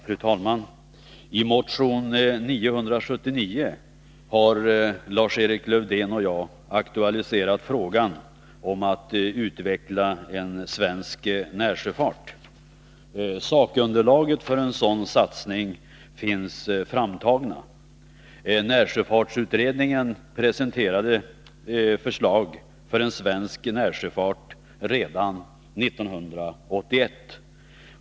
Fru talman! I motion 979 har Lars-Erik Lövdén och jag aktualiserat frågan om att utveckla en svensk närsjöfart. Sakunderlaget för en sådan satsning finns framtaget. Närsjöfartsutredningen presenterade förslag till en svensk närsjöfart redan 1981.